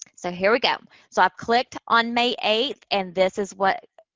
so, here we go. so, i've clicked on may eighth, and this is what,